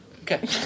Okay